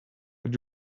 but